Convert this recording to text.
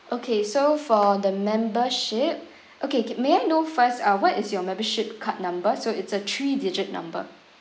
okay so for the membership okay ca~ may I know first uh what is your membership card number so it's a three digit number